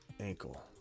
Ankle